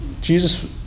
Jesus